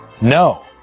No